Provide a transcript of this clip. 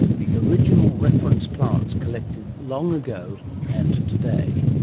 the original reference plants collected long ago and today.